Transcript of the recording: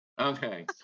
Okay